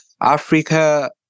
Africa